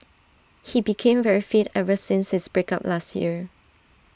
he became very fit ever since his break up last year